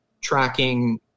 tracking